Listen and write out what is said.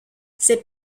ses